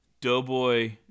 Doughboy